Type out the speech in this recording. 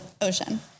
ocean